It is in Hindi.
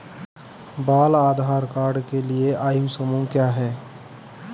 बाल आधार कार्ड के लिए आयु समूह क्या है?